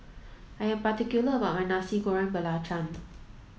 I am particular about my Nasi Goreng Belacan